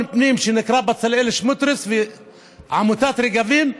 פנים שנקרא בצלאל סמוטריץ ועמותת רגבים,